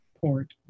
port